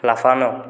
লাফানো